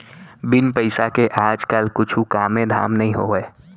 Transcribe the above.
बिन पइसा के आज काल कुछु कामे धाम नइ होवय